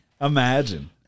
Imagine